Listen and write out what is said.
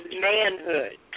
manhood